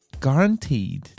guaranteed